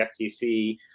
FTC